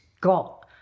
got